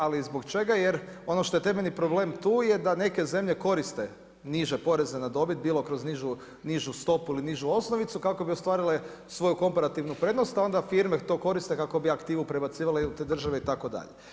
Ali, zbog čega, jer ono što je temeljni problem je tu da neke zemlje koriste niže poreze na dobit, bilo kroz nižu stopu ili nižu osnovicu, kako bi ostvarile svoju komparativnu prednost, a onda firme to koriste kako bi aktivu prebacivale u te države itd.